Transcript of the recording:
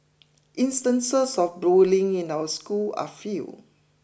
instances of bullying in our schools are few